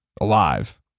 alive